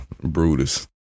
Brutus